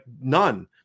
none